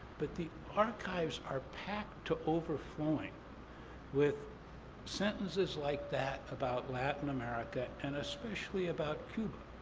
but the are kind of are packed to overflowing with sentences like that about latin america, and especially about cuba,